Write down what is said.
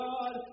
God